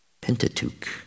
Pentateuch